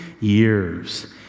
years